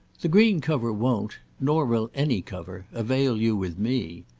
the green cover won't nor will any cover avail you with me.